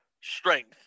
strength